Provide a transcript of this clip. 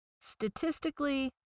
statistically